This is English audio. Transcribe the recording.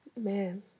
Man